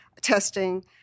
testing